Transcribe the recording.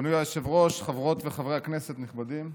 אדוני היושב-ראש, חברות וחברי כנסת נכבדים,